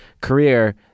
career